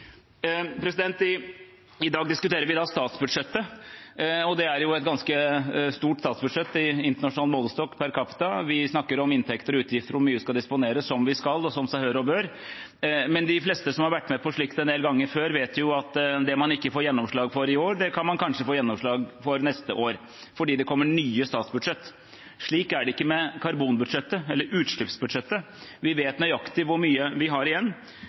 I dag diskuterer vi statsbudsjettet, og det er et ganske stort statsbudsjett i internasjonal målestokk per capita. Vi snakker om inntekter og utgifter og hvor mye vi skal disponere – som vi skal, og som seg hør og bør. De fleste som har vært med på slikt en del ganger før, vet jo at det man ikke får gjennomslag for i år, kan man kanskje få gjennomslag for neste år fordi det kommer nye statsbudsjett. Slik er det ikke med karbonbudsjettet, eller utslippsbudsjettet. Vi vet nøyaktig hvor mye vi har igjen.